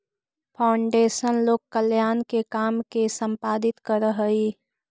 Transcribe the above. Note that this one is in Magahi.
फाउंडेशन लोक कल्याण के काम के संपादित करऽ हई